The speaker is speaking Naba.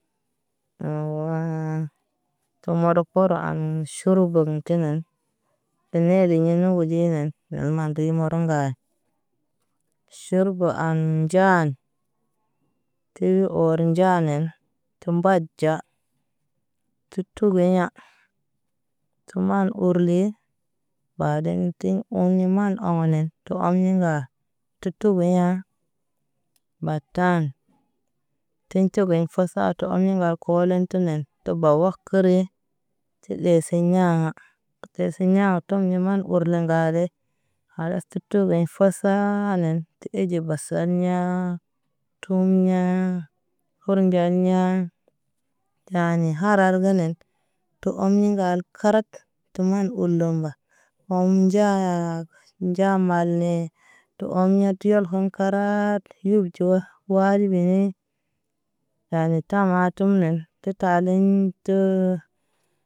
Baden tiŋ uni maan awa nɛn kə ɔl ni ŋga tu togo ɲaa. Baataan tɛn togo ɲaa fasaa tu ɔl ni ŋga kɔlɛn tə nɛn tə bawa kəre. Ti lesi ɲaa kə tesi ɲaa tum ni maan ur li ŋga lɛ. Kalas ti tubɛn fasaa nɛn ti eɟe basaar ɲaa tum ɲaa hor nɟa ɲaa. Taani harar ga nɛn tu oni ŋgal kaaraat tə maan urle mba wɔn ɟaa kə nɟa male. Tu on nɛ ɟiyal hun kaaraat yir ɟowa wal beɲɛ. Yani tamar tu mɛn tu tarlɛm tu.